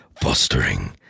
fostering